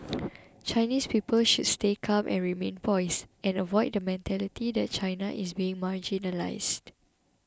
Chinese people should stay calm and remain poised and avoid the mentality that China is being marginalised